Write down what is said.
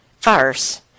farce